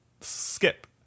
skip